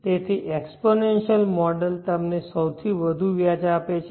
તેથી exponential model તમને સૌથી વધુ વ્યાજ આપે છે